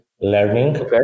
learning